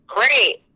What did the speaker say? Great